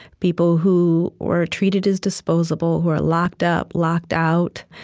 people who were treated as disposable, who are locked up, locked out,